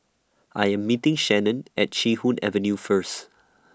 I Am meeting Shannon At Chee Hoon Avenue First